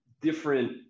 different